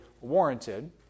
warranted